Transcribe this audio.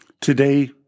Today